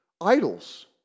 idols